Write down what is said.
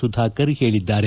ಸುಧಾಕರ್ ಪೇಳಿದ್ದಾರೆ